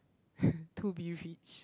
to be rich